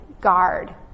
guard